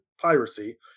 piracy